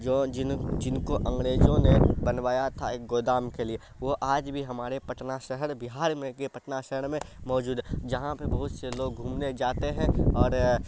جو جن جن کو انگریزوں نے بنوایا تھا ایک گودام کے لیے وہ آج بھی ہمارے پٹنہ شہر بہار میں یہ پٹنہ شہر میں موجود ہے جہاں پہ بہت سے لوگ گھومنے جاتے ہیں اور